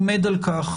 עומד על כך